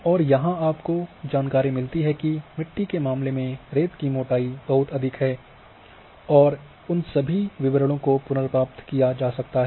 और यहाँ आपको जानकारी मिलती है कि मिट्टी के मामले में रेत की मोटाई बहुत अधिक है और उन सभी विवरणों को पुनर्प्राप्त किया जा सकता है